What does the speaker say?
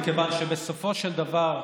מכיוון שבסופו של דבר,